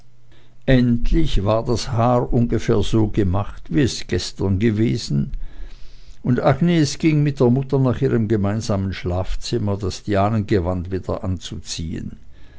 endlich war das haar ungefähr so gemacht wie es gestern gewesen und agnes ging mit der mutter nach ihrem gemeinsamen schlafzimmer das dianengewand wieder anzuziehen